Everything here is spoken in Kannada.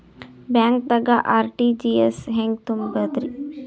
ಬ್ಯಾಂಕ್ದಾಗ ಆರ್.ಟಿ.ಜಿ.ಎಸ್ ಹೆಂಗ್ ತುಂಬಧ್ರಿ?